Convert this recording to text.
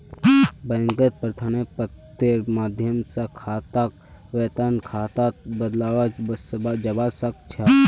बैंकत प्रार्थना पत्रेर माध्यम स खाताक वेतन खातात बदलवाया जबा स ख छ